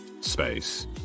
space